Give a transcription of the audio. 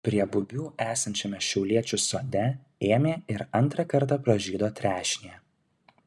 prie bubių esančiame šiauliečių sode ėmė ir antrą kartą pražydo trešnė